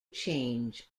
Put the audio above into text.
change